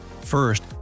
First